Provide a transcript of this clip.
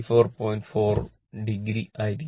4 o ആയിരിക്കും